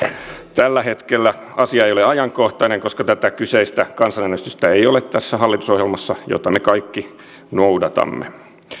tällä hetkellä asia ei ole ajankohtainen koska tätä kyseistä kansanäänestystä ei ole tässä hallitusohjelmassa jota me kaikki noudatamme